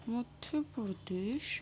Madhya Pradesh